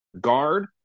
guard